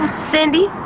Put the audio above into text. cindy,